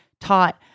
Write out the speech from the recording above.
taught